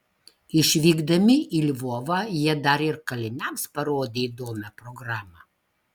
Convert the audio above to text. išvykdami į lvovą jie dar ir kaliniams parodė įdomią programą